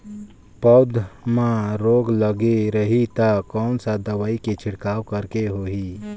पौध मां रोग लगे रही ता कोन सा दवाई के छिड़काव करेके होही?